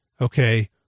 okay